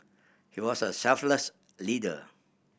he was a selfless leader